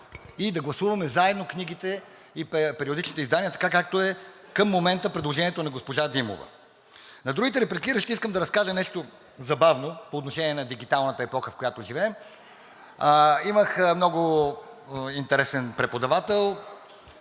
и да гласуваме заедно книгите и периодичните издания така, както е към момента предложението на госпожа Димова. На другите репликиращи искам да разкажа нещо забавно по отношение на дигиталната епоха, в която живеем. Имах много интересен преподавател